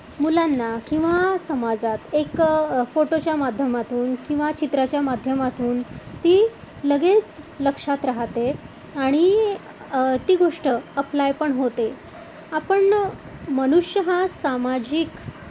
मुलांना किंवा समाजात एक फोटोच्या माध्यमातून किंवा चित्राच्या माध्यमातून ती लगेच लक्षात राहते आणि ती गोष्ट अप्लाय पण होते आपण मनुष्य हा सामाजिक